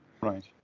right